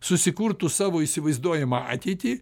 susikurtų savo įsivaizduojamą ateitį